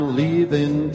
leaving